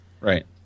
Right